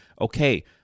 Okay